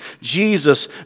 Jesus